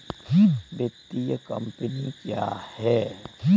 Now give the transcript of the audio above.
वित्तीय कम्पनी क्या है?